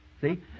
See